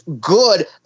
good